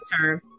term